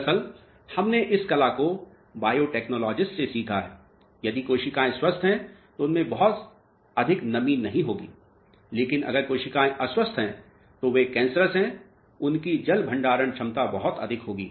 दरअसल हमने इस कला को बायोटेक्नोलॉजिस्ट से सीखा है यदि कोशिकाएं स्वस्थ हैं तो उनमें बहुत अधिक नमी नहीं होगी लेकिन अगर कोशिकाएं अस्वस्थ हैं तो वे कैन्सरस हैं उनकी जल भंडारण क्षमता बहुत अधिक होगी